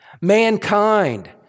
mankind